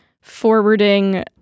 forwarding